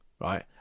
right